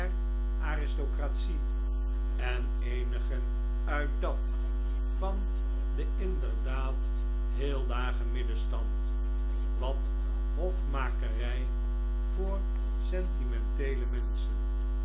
aristocratie en eenige uit dat van den inderdaad heel lagen middenstand wat hofmakerij voor sentimenteele menschen